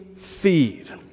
feed